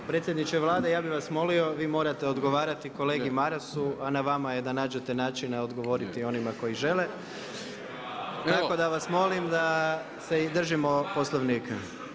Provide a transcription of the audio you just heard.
Predsjedniče Vlade, ja bih vas molio vi morate odgovarati kolegi Marasu, a na vama je da nađete načina odgovoriti onima koji žele, tako da vas molim da se i držimo Poslovnika.